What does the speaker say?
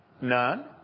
None